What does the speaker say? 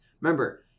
remember